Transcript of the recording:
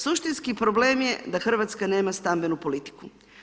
Suštinski problem je da Hrvatska nema stambenu politiku.